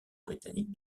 britanniques